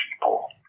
people